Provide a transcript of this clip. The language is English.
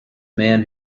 man